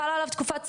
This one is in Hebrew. חלה עליו תקופת צינון.